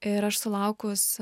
ir aš sulaukus